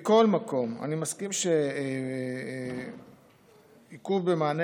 מכל מקום, אני מסכים שעיכוב המענה